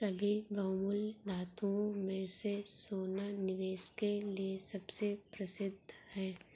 सभी बहुमूल्य धातुओं में से सोना निवेश के लिए सबसे प्रसिद्ध है